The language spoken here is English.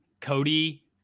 cody